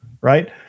right